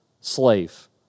Slave